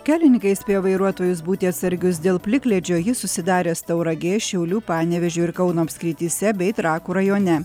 kelininkai įspėja vairuotojus būti atsargius dėl plikledžio jis susidaręs tauragės šiaulių panevėžio ir kauno apskrityse bei trakų rajone